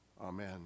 Amen